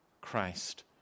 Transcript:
Christ